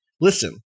listen